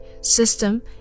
system